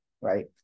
right